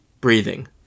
breathing